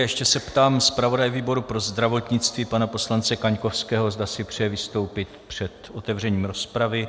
A ještě se ptám zpravodaje výboru pro zdravotnictví pana poslance Kaňkovského, zda si přeje vystoupit před otevřením rozpravy.